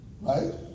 Right